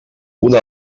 una